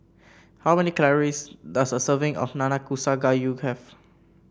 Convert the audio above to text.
how many calories does a serving of Nanakusa Gayu have